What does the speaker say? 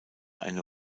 eine